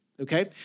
okay